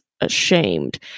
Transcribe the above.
ashamed